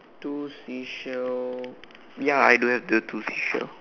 two seashell ya I don't have the two seashell